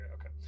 okay